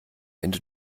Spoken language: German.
ende